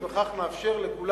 ובכך מאפשר לכל